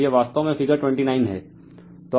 तो यह वास्तव में फिगर 29 है